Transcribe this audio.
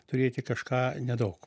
turėti kažką nedaug